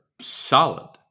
solid